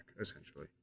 essentially